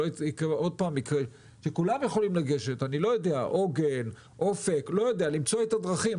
אני לא יודע, עוגן, אופק, למצוא את הדרכים.